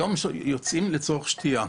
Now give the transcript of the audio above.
היום, יוצאים לצורך שתייה.